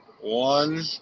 One